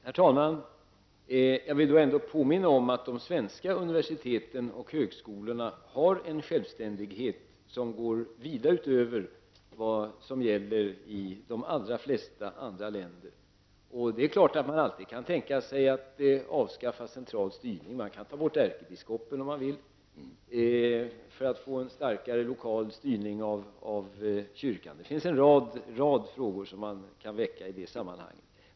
Herr talman! Jag vill då ändå påminna om att de svenska universiteten och högskolorna har en självständighet som går vida utöver vad som gäller i de allra flesta andra länder. Det är klart att man alltid kan tänka sig att avskaffa central styrning. Man kan ta bort ärkebiskopen, om man vill, för att få en starkare lokal styrning av kyrkan. Det finns en rad frågor som man kan väcka i det sammanhanget.